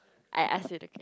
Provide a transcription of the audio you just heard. I ask you the